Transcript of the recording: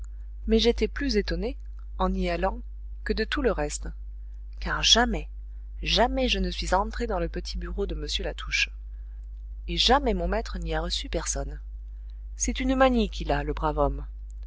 mais j'étais plus étonnée en y allant que de tout le reste car jamais jamais je ne suis entrée dans le petit bureau de m latouche et jamais mon maître n'y a reçu personne c'est une manie qu'il a le brave homme